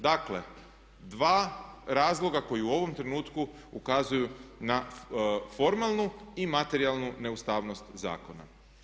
Dakle, dva razloga koji u ovom trenutku ukazuju na formalnu i materijalnu neustavnost zakona.